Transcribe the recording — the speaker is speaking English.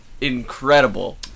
Incredible